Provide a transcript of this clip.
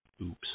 Oops